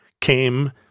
came